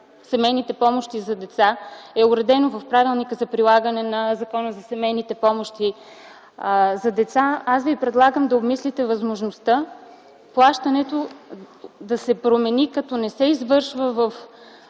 семейните помощи за деца е уредено в Правилника за прилагане на Закона за семейните помощи за деца, аз Ви предлагам да обмислите възможността плащането да се промени, като не се извършва до